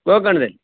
ಗೋಕರ್ಣದಲ್ಲಿ